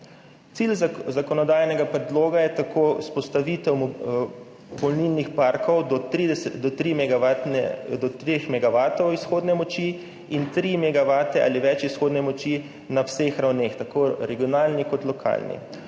Cilj zakonodajnega predloga je tako vzpostavitev polnilnih parkov do dveh megavatov izhodne moči in tri megavate ali več izhodne moči na vseh ravneh, tako regionalni kot lokalni.